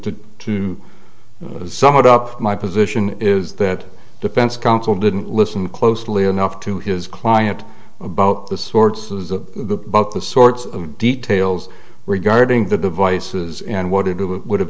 two somewhat up my position is that defense counsel didn't listen closely enough to his client about the sources of the bug the sorts of details regarding the devices and what it would have